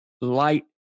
light